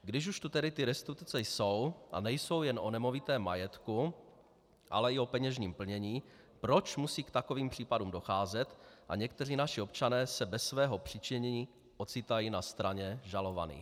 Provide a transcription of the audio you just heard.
Když už tu tedy ty restituce jsou, a nejsou jen o nemovitém majetku, ale i o peněžním plnění, proč musí k takovým případům docházet a někteří naši občané se bez svého přičinění ocitají na straně žalovaných?